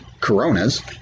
coronas